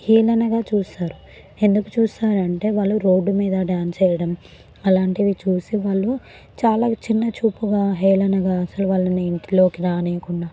హేళనగా చూస్తారు ఎందుకు చూస్తారు అంటే వాళ్ళు రోడ్డు మీద డాన్స్ వేయడం అలాంటివి చూసి వాళ్ళు చాలా చిన్నచూపుగా హేళనగా అసలు వాళ్ళని ఇంట్లోకి రానివ్వకుండా